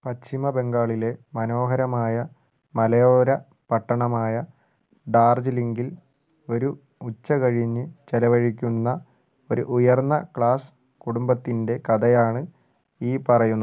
പശ്ചിമ ബംഗാളിലെ മനോഹരമായ മലയോര പട്ടണമായ ഡാർജിലിംഗിൽ ഒരു ഉച്ചകഴിഞ്ഞ് ചിലവഴിക്കുന്ന ഒരു ഉയർന്ന ക്ലാസ് കുടുംബത്തിൻ്റെ കഥയാണ് ഈ പറയുന്നത്